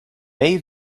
may